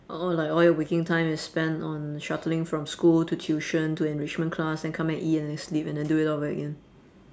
all like all your waking time is spent on shuttling from school to tuition to enrichment class then come back eat and then sleep and then do it all over again